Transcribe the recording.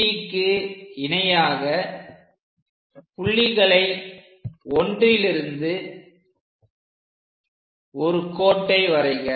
CDக்கு இணையாக புள்ளி 1லிருந்து ஒரு கோட்டை வரைக